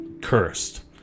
cursed